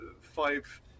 five